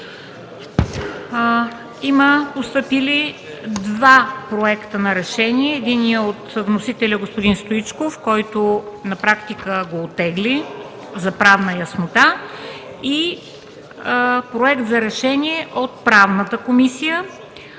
Има постъпили два проекта на решение. Единият е от вносителя господин Стоичков, който на практика го оттегли (за правна яснота), и Проект за решение от Комисията